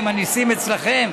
בסדר,